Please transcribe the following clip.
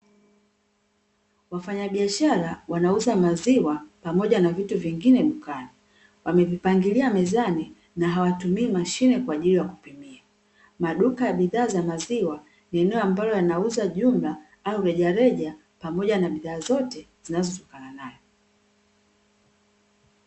Wafanyabishara wanauza maziwa pamoja na vitu vingine dukani, wamevipangilia mezani na hawatumii mashine kwa ajili ya kupimia. Maduka ya bidhaa za maziwa ni eneo ambalo yanauza jumla au rejareja pamoja na bidhaa zote zinazotokana nayo.